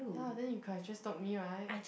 ya then you could've just told me right